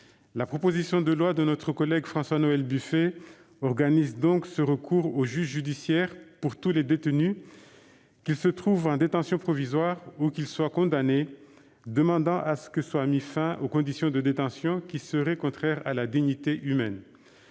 La proposition de loi de notre collègue François-Noël Buffet organise donc ce recours au juge judiciaire pour tous les détenus- qu'ils se trouvent en détention provisoire ou qu'ils soient condamnés -demandant à ce qu'il soit mis fin aux conditions de détention qui seraient contraires à la dignité humaine.